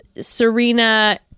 Serena